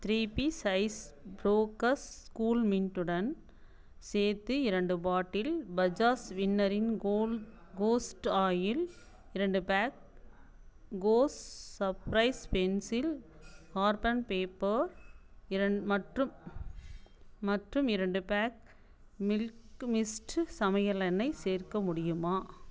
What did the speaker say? three piece ice breakers கூல்மின்ட்டுடன் சேர்த்து இரண்டு பாட்டில் பஜாஸ் வின்னரின் கோஸ்ட் ஆயில் இரண்டு பேக் கோர்ஸ் சர்ப்ரைஸ் பென்சில் கார்பன் பேப்பர் மற்றும் மற்றும் இரண்டு பேக் மில்கி மிஸ்ட்டு சமையல் எண்ணெய் சேர்க்க முடியுமா